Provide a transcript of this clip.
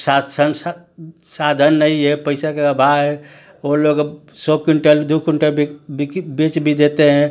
शाथ संशा साधन नहीं है पैसा का अभाव है वो लोग सौ क्विंटल दू क्विंटल बिक बिकित बेच भी देते हैं